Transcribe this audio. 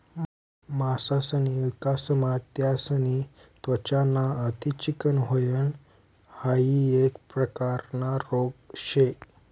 मासासनी विकासमा त्यासनी त्वचा ना अति चिकनं व्हयन हाइ एक प्रकारना रोग शे